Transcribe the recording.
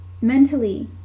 Mentally